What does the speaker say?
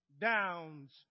downs